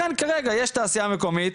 לכן כרגע יש תעשייה מקומית,